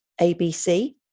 ABC